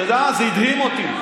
אתה יודע מה, זה הדהים אותי.